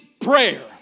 prayer